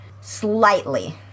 Slightly